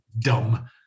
dumb